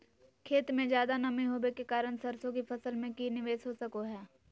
खेत में ज्यादा नमी होबे के कारण सरसों की फसल में की निवेस हो सको हय?